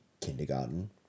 kindergarten